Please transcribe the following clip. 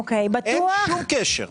אין שום קשר.